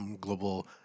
global